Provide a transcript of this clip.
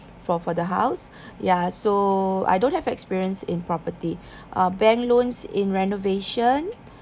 for for the house ya so I don't have experience in property uh bank loans in renovation